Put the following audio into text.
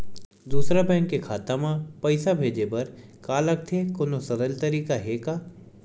दूसरा बैंक के खाता मा पईसा भेजे बर का लगथे कोनो सरल तरीका हे का?